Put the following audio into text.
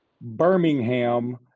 Birmingham